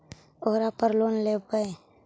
ओरापर लोन लेवै?